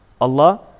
Allah